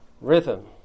rhythm